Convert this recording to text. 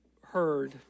heard